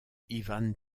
ivan